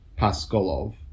Paskolov